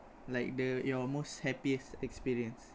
like the your most happiest experience